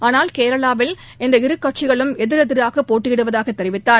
ஆனால் கேரளாவில் இந்த இரு கட்சிகளும் எதிர் எதிராக போட்டியிடுவதாக தெரிவித்தார்